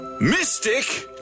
mystic